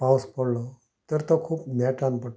पावस पडलो तर तो खूब नेटान पडटा